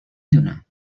دونم